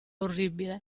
orribile